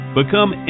Become